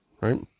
right